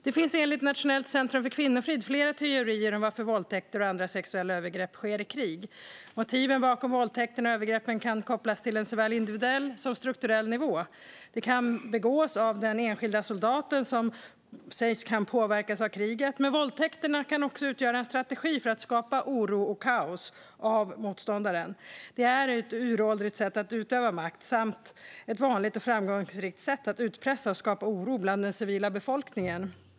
Det finns enligt Nationellt centrum för kvinnofrid flera teorier om varför våldtäkter och andra sexuella övergrepp sker i krig. Motiven bakom våldtäkterna och övergreppen kan kopplas till en såväl individuell som strukturell nivå. De kan begås av den enskilda soldaten som påverkas av kriget, men våldtäkterna kan också utgöra en strategi för att skapa oro och kaos från motståndarens sida. Det är ett uråldrigt sätt att utöva makt samt ett vanligt och framgångsrikt sätt att utpressa och skapa oro bland den civila befolkningen.